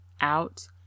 out